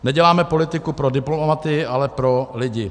Neděláme politiku pro diplomaty, ale pro lidi.